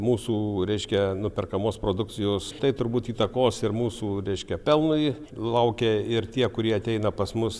mūsų reiškia nuperkamos produkcijos tai turbūt įtakos ir mūsų reiškia pelnui laukia ir tie kurie ateina pas mus